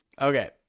okay